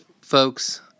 folks